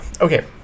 okay